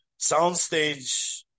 soundstage